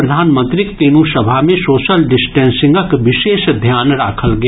प्रधानमंत्रीक तीनू सभा मे सोशल डिस्टेंसिंगक विशेष ध्यान राखल गेल